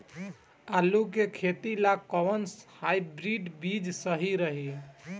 आलू के खेती ला कोवन हाइब्रिड बीज सही रही?